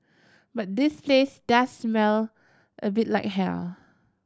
but this place does smell a bit like hell